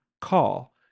call